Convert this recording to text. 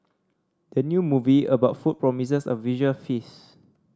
the new movie about food promises a visual feast